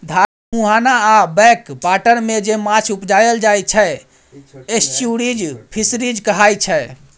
धारक मुहाना आ बैक बाटरमे जे माछ उपजाएल जाइ छै एस्च्युरीज फिशरीज कहाइ छै